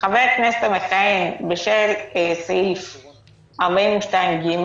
"חבר כנסת המכהן בשל סעיף 42ג,